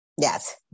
Yes